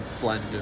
blend